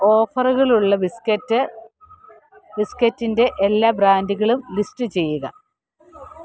ഓഫറുകളുള്ള biscuit ബിസ്ക്കറ്റിൻ്റെ എല്ലാ ബ്രാൻഡുകളും ലിസ്റ്റ് ചെയ്യുക